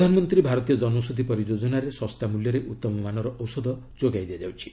ପ୍ରଧାନମନ୍ତ୍ରୀ ଭାରତୀୟ କନୌଷଧି ପରିଯୋଜନାରେ ଶସ୍ତା ମୂଲ୍ୟରେ ଉତ୍ତମ ମାନର ଔଷଧପତ୍ର ଯୋଗାଇ ଦିଆଯାଉଛି